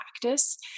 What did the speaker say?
practice